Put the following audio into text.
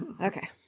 Okay